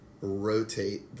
rotate